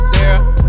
Sarah